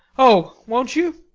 oh! won't you?